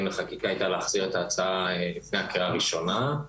לחקיקה הייתה להחזיר את ההצעה לפני הקריאה הראשונה.